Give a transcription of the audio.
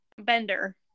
bender